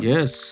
Yes